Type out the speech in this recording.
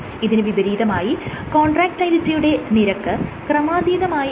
ഇതിന് വിപരീതമായി കോൺട്രാക്റ്റയിലിറ്റിയുടെ നിരക്ക് ക്രമാധീതമായി കൂടുതലാണെന്ന് കരുതുക